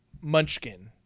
Munchkin